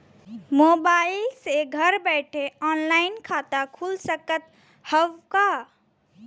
Mobile से घर बैठे ऑनलाइन खाता खुल सकत हव का?